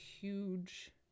huge